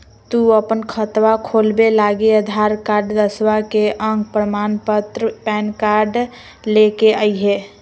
तू अपन खतवा खोलवे लागी आधार कार्ड, दसवां के अक प्रमाण पत्र, पैन कार्ड ले के अइह